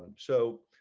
so